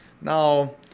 now